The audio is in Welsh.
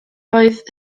oedd